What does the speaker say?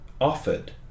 offered